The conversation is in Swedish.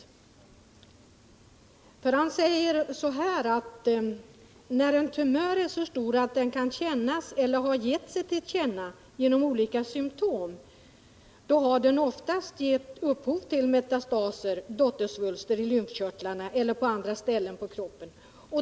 Laszlo Tabar säger i det sammanhanget: ”Ty när en tumör är så stor att den kan kännas eller har gett sig till känna genom olika symptom har den oftast gett upphov till metastaser — dottersvulster i lymfkörtlarna eller på andra ställen i kroppen.